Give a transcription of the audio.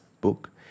book